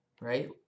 right